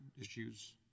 issues